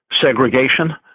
segregation